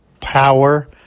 power